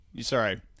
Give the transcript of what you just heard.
Sorry